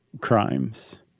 crimes